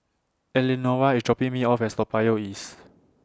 Eleanora IS dropping Me off At Toa Payoh East